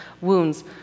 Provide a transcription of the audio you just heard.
wounds